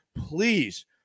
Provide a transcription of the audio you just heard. please